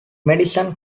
madison